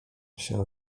się